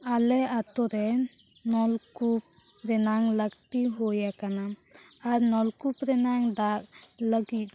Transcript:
ᱟᱞᱮ ᱟᱛᱳ ᱨᱮ ᱱᱚᱞᱠᱩᱯ ᱨᱮᱱᱟᱝ ᱞᱟᱹᱠᱛᱤ ᱦᱩᱭᱟᱠᱟᱱᱟ ᱟᱨ ᱱᱚᱞᱠᱩᱯ ᱨᱮᱱᱟᱜ ᱫᱟᱜ ᱞᱟᱹᱜᱤᱫ